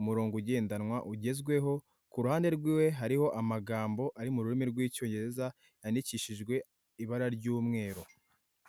umurongo ugendanwa ugezweho ku ruhande rw'iwe, hariho amagambo ari mururimi rw'icyongereza yandikishijwe ibara ry'umweru.